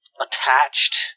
attached